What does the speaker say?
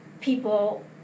people